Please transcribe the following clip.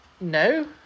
no